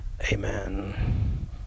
Amen